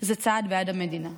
זה צעד בעד המדינה,